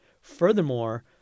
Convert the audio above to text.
Furthermore